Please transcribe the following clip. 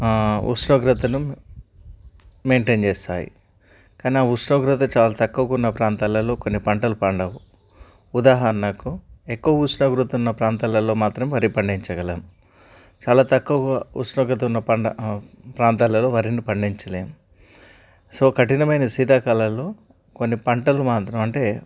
ఉష్ణోగ్రతను మెయింటైన్ చేస్తాయి కానీ ఆ ఉష్ణోగ్రత చాలా తక్కువగా ఉన్న ప్రాంతాలలో కొన్ని పంటలు పండవు ఉదాహరణకు ఎక్కువ ఉష్ణోగ్రత ఉన్న ప్రాంతాలలో మాత్రం వరి పండించగలం చాలా తక్కువ ఉష్ణోగ్రత ఉన్న పంట ప్రాంతాలలో వరిని పండించలేము సో కఠినమైన శీతాకాలాలు కొన్ని పంటలు మాత్రం అంటే